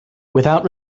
without